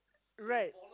right